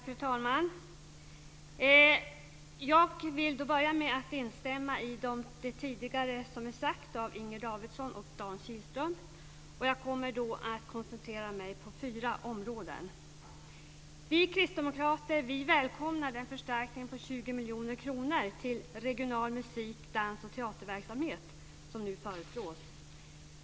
Fru talman! Jag vill börja med att instämma i det som tidigare sagts av Inger Davidson och Dan Kihlström. Jag kommer att koncentrera mig på fyra områden. Vi kristdemokrater välkomnar den förstärkning på 20 miljoner kronor till regional musik-, dans och teaterverksamhet som nu föreslås.